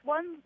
One